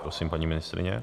Prosím, paní ministryně.